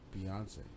beyonce